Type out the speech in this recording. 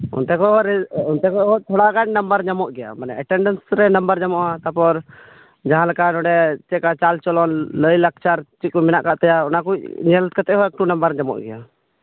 ᱚᱱᱛᱮ ᱠᱷᱚᱡ ᱚᱱᱛᱮ ᱠᱷᱚᱡ ᱡᱚᱫᱤ ᱛᱷᱚᱲᱟ ᱜᱟᱱ ᱱᱟᱢᱵᱟᱨ ᱧᱟᱢᱚᱜ ᱜᱮᱭᱟ ᱢᱟᱱᱮ ᱮᱴᱮᱱᱰᱮᱱᱥᱨᱮ ᱱᱟᱢᱵᱟᱨ ᱧᱟᱢᱚᱜᱼᱟ ᱛᱟᱨᱯᱚᱨ ᱡᱟᱸᱦᱟ ᱞᱮᱠᱟ ᱱᱚᱰᱮ ᱪᱟᱞ ᱪᱚᱞᱚᱱ ᱞᱟᱹᱭ ᱞᱟᱠᱪᱟᱨ ᱪᱮᱫ ᱠᱚ ᱢᱮᱱᱟᱜ ᱟᱠᱟᱫ ᱛᱟᱭᱟ ᱚᱱᱟ ᱠᱚ ᱧᱮᱞ ᱠᱟᱛᱮᱫ ᱦᱚᱸ ᱮᱠᱴᱩ ᱱᱟᱢᱵᱟᱨ ᱧᱟᱢᱚᱜ ᱜᱮᱭᱟ